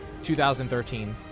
2013